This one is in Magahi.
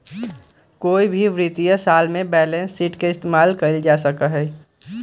कोई भी वित्तीय साल में बैलेंस शीट के इस्तेमाल कइल जा सका हई